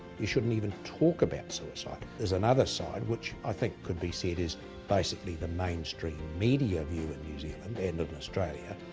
you shouldn't even talk about suicide. there's another side, which i think could be said is basically the mainstream media view in new zealand and in australia,